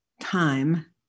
time